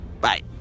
Bye